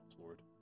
Lord